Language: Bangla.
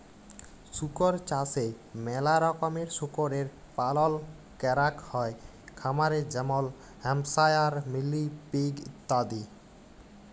শুকর চাষে ম্যালা রকমের শুকরের পালল ক্যরাক হ্যয় খামারে যেমল হ্যাম্পশায়ার, মিলি পিগ ইত্যাদি